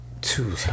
two